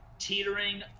teetering